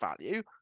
value